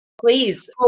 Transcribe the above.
please